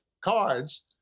cards